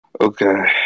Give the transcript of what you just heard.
Okay